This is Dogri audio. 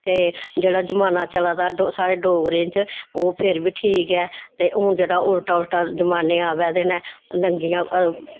ते जेह्ड़ा जमान्ना चला दा साढ़े डोगरें च ओह् फिर बी ठीक ऐ ते हून जेह्ड़ा उल्टा उल्टा जमान्ने आवा दे न नंगियां ओह्